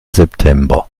september